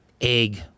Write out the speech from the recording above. egg